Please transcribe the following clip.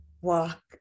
walk